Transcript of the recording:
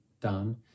done